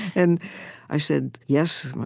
and i said yes,